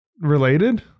related